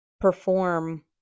perform